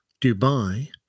Dubai